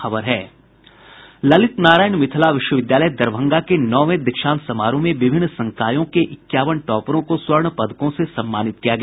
ललित नारायण मिथिला विश्वविद्यालय दरभंगा का नौवें दीक्षांत समारोह में विभिन्न संकायों के इक्यावन टॉपरों को स्वर्ण पदकों से सम्मानित किया गया